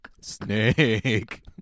snake